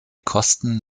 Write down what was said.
kosten